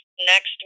next